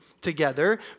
together